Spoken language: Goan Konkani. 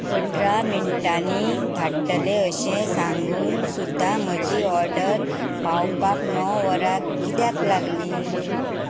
अठरा मिनटांनी धाडटले अशें सांगून सुद्दां म्हजी ऑर्डर पावपाक णव वरां किद्याक लागलीं